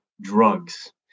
drugs